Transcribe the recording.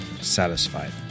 satisfied